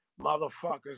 motherfuckers